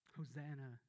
Hosanna